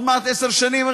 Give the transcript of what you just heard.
ועוד מעט עשר שנים,